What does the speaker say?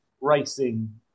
racing